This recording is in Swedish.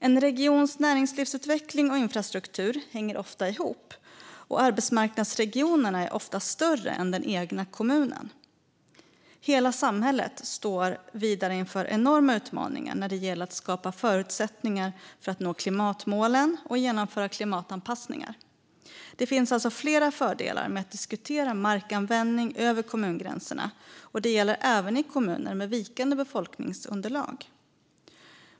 En regions näringslivsutveckling och infrastruktur hänger ofta ihop, och arbetsmarknadsregionerna är ofta större än den egna kommunen. Hela samhället står vidare inför enorma utmaningar när det gäller att skapa förutsättningar för att nå klimatmålen och genomföra klimatanpassningar. Det finns alltså flera fördelar med att diskutera markanvändning över kommungränserna, och det gäller även i kommuner med vikande befolkningsunderlag.